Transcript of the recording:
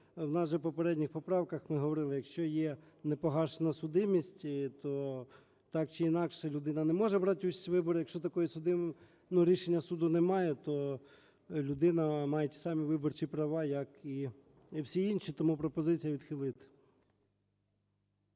у нас же в попередніх поправках ми говорили, що якщо є непогашена судимість, то так чи інакше людина не може брати участь у виборах. А якщо такої судимості… рішення суду немає, то людина має ті самі виборчі права, як і всі інші. Тому пропозиція відхилити.